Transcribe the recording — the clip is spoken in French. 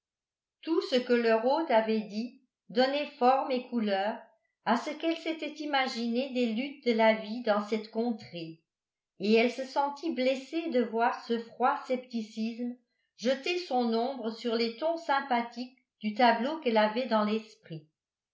tout ce que leur hôte avait dit donnait forme et couleur à ce qu'elle s'était imaginé des luttes de la vie dans cette contrée et elle se sentit blessée de voir ce froid scepticisme jeter son ombre sur les tons sympathiques du tableau qu'elle avait dans l'esprit